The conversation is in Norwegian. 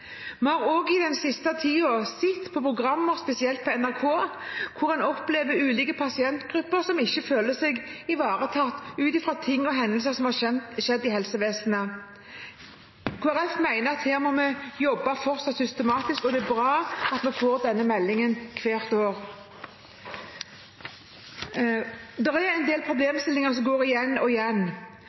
Vi har i den siste tiden også sett programmer, spesielt på NRK, hvor en opplever ulike pasientgrupper som ikke føler seg ivaretatt, ut fra hendelser som har skjedd i helsevesenet. Kristelig Folkeparti mener at her må vi fortsatt jobbe systematisk, og det er bra at vi får denne meldingen hvert år. Det er en del problemstillinger som går igjen og igjen.